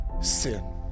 sin